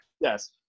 Yes